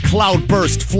Cloudburst